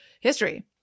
history